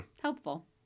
helpful